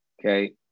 okay